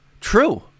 True